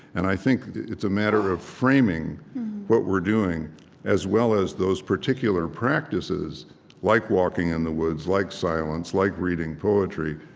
and i think it's a matter of framing what we're doing as well as those particular practices like walking in the woods, like silence, like reading poetry,